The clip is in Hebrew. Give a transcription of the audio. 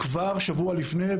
כבר שבוע לפני,